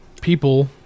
people